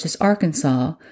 Arkansas